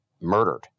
murdered